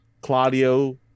Claudio